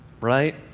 right